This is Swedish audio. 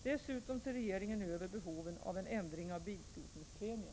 Dessutom ser regeringen över behoven av en ändring av bilskrotningspremien.